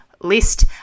list